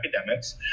academics